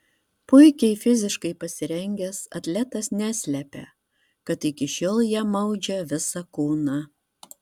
puikiai fiziškai pasirengęs atletas neslepia kad iki šiol jam maudžia visą kūną